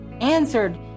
answered